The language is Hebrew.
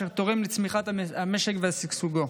אשר תורמת לצמיחת המשק ושגשוגו.